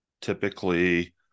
Typically